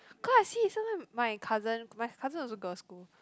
cause I see sometime my cousin my cousin also girl school